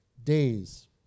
days